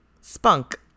spunk